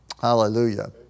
Hallelujah